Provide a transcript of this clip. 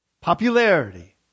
popularity